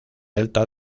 delta